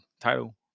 title